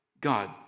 God